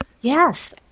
Yes